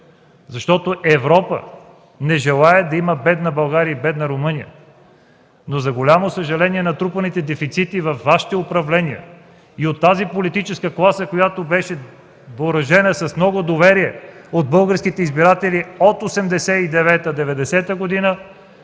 защото Европа не желае да има бедна България и бедна Румъния. Но, за голямо съжаление, заради натрупаните дефицити във Вашите управления, от тази политическа класа, която беше въоръжена с много доверие от българските избиратели от 1989-1990 г.